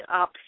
up